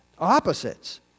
opposites